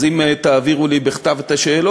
אז אם תעבירו לי בכתב את השאלות,